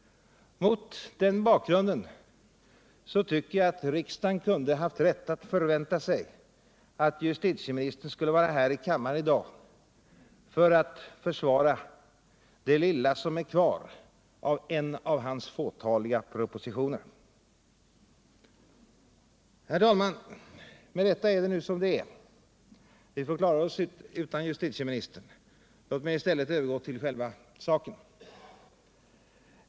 Mot den bakgrunden tycker jag att riksdagen kunde ha haft rätt att förvänta sig att justitieministern skulle vara här i kammaren i dag för att försvara det lilla som är kvar av en av hans fåtaliga propositioner. Herr talman! Med detta är det nu som det är — vi får klara oss utan justitieminister. Låt mig i stället övergå till själva saken.